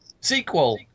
Sequel